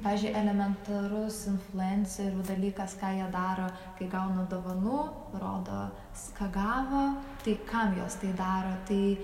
pavyzdžiui elementarus influencerių dalykas ką jie daro kai gauna dovanų rodo s ką gavo tai kam jos tai daro tai